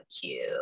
cute